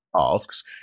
asks